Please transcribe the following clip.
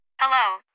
Hello